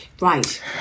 Right